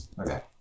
Okay